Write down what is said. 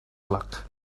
luck